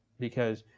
because